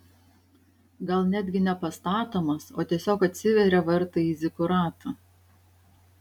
gal netgi ne pastatomas o tiesiog atsiveria vartai į zikuratą